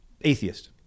atheist